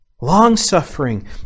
long-suffering